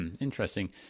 interesting